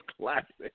classic